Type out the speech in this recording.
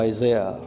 Isaiah